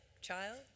child